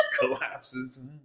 collapses